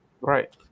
Right